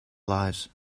lives